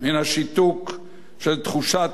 של תחושת פחד או מחנק.